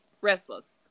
restless